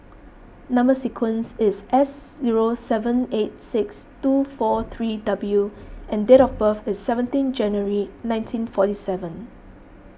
Number Sequence is S zero seven eight six two four three W and date of birth is seventeen January nineteen forty seven